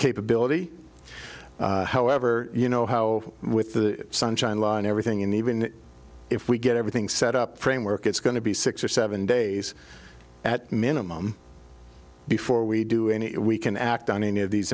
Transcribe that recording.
capability however you know how with the sunshine law and everything in even if we get everything set up framework it's going to be six or seven days at minimum before we do any we can act on any of these